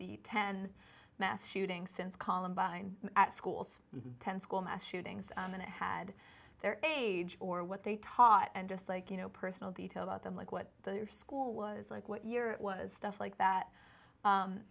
the ten mass shootings since columbine at schools ten school mass shootings and had their age or what they taught and just like you know personal detail about them like what their school was like what year it was stuff like that